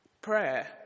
prayer